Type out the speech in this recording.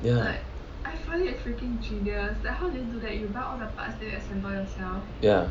ya ya